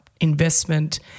investment